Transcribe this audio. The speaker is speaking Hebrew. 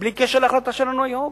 בלי קשר להחלטה שלנו היום.